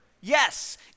yes